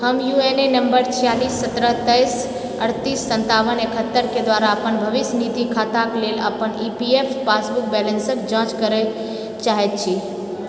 हम U N A number छियालीस सतरह तेइस अठतीस सत्तावन एकहत्तरके द्वारा अपन भविष्य निधि खाताके लेल अपन ई पी एफ पासबुक बैलेंसके जांँच करए चाहैत छी